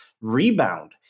rebound